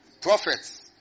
Prophets